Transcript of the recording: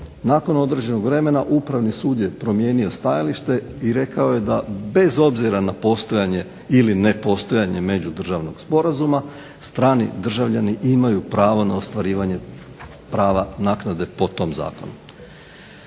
nakon određenog vremena Upravni sud je promijenio stajalište i rekao je da bez obzira na postojanje ili nepostojanje međudržavnog sporazuma strani državljani imaju pravo na ostvarivanje prava naknade po tom zakonu.